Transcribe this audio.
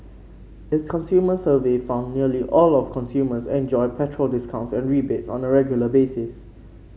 its consumer survey found nearly all consumers enjoy petrol discounts and rebates on a regular basis